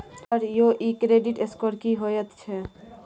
Sir यौ इ credit score की होयत छै?